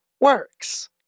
works